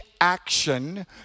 action